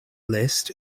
list